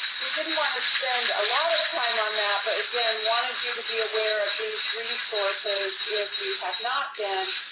we didn't want to spend a lot of time on that, but again, wanted you to be aware of these resources if you have not been,